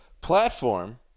platform